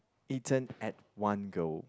eaten at one go